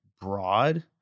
broad